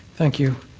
thank you.